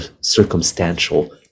circumstantial